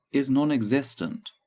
is non-existent.